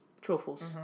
Truffles